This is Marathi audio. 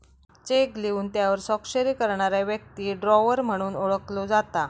चेक लिहून त्यावर स्वाक्षरी करणारा व्यक्ती ड्रॉवर म्हणून ओळखलो जाता